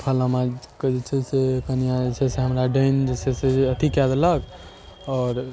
फलनामा कऽ जे छै से कनिआँ आयल छै से हमरा डायन जे छै से अथी कए देलक आओर